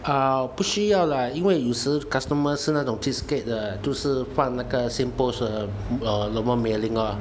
啊不需要啦因为有时 customer 是那种 cheapskate 的就是放那个 Singpost 的 normal mailing lor